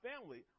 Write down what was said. family